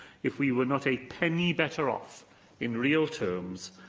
if we were not a penny better off in real terms,